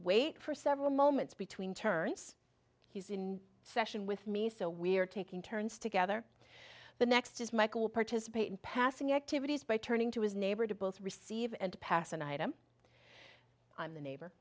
wait for several moments between turns he's in session with me so we are taking turns together but next is michael participate in passing activities by turning to his neighbor to both receive and pass an item on the